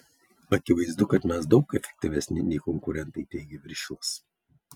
akivaizdu kad mes daug efektyvesni nei konkurentai teigia viršilas